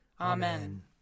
Amen